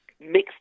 mixed